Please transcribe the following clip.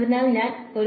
അതിനാൽ ഞാൻ ഒരു